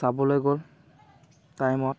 চাবলৈ গ'ল টাইমত